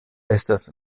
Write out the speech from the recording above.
estas